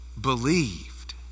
believed